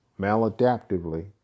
maladaptively